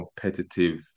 competitive